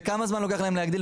ותוך כמה זמן לוקח להם להגדיל,